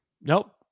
Nope